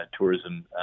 tourism